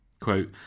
Quote